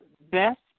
best